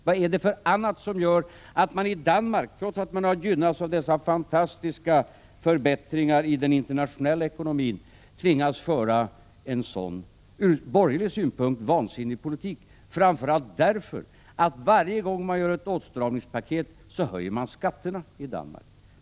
Vad är det som gör att man i Danmark, trots att man har gynnats av dessa fantastiska förbättringar i den internationella ekonomin, tvingas föra en ur borgerlig synpunkt vansinnig politik, där man varje gång man gör ett åtstramningspaket höjer skatterna?